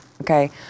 okay